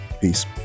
Peace